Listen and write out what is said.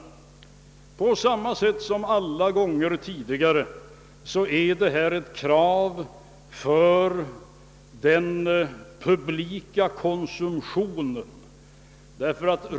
På samma sätt som alla gånger tidigare är detta ett krav för den publika konsumtionen.